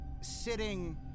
sitting